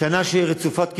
שנה שהיא רצופת כישלונות,